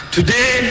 Today